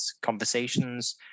conversations